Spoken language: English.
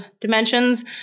dimensions